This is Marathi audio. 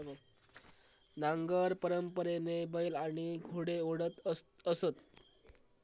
नांगर परंपरेने बैल आणि घोडे ओढत असत